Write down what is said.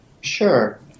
Sure